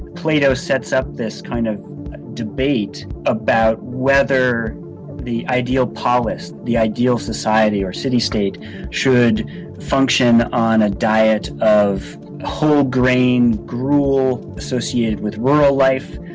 plato sets up this kind of debate about whether the ideal polis, the ideal society or city state should function on a diet of whole grain gruel associated with rural life,